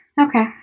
Okay